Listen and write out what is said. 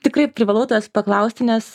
tikrai privalau tavęs paklausti nes